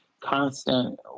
constant